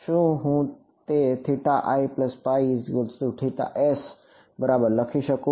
શું હું તે બરાબર લખી શકું